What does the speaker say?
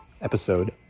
episode